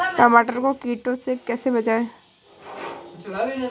टमाटर को कीड़ों से कैसे बचाएँ?